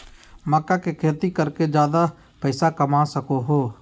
मक्का के खेती कर के ज्यादा पैसा कमा सको हो